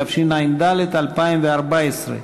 התשע"ד 2014,